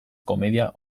komedia